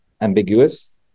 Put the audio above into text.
ambiguous